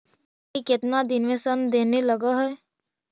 मकइ केतना दिन में शन देने लग है?